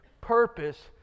purpose